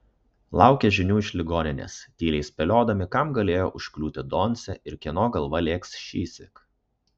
laukė žinių iš ligoninės tyliai spėliodami kam galėjo užkliūti doncė ir kieno galva lėks šįsyk